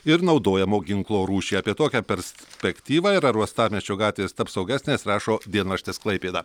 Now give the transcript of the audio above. ir naudojamo ginklo rūšį apie tokią perspektyvą ir ar uostamiesčio gatvės taps saugesnės rašo dienraštis klaipėda